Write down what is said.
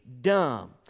dumb